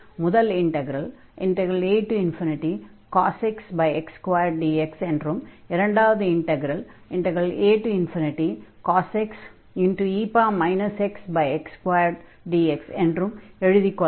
முதல் இன்டக்ரலை acos x x2dx என்றும் இரண்டாவது இன்டக்ரலை acos x e xx2dx என்றும் எழுதிக் கொள்ளலாம்